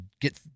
get